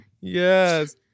Yes